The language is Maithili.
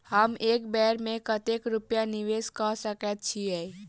हम एक बेर मे कतेक रूपया निवेश कऽ सकैत छीयै?